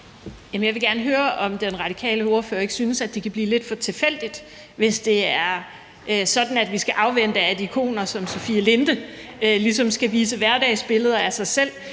Jeg vil gerne høre, om den radikale ordfører ikke synes, at det kan blive lidt for tilfældigt, hvis det er sådan, at vi skal afvente, at ikoner som Sofie Linde ligesom skal vise hverdagsbilleder af sig selv.